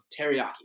teriyaki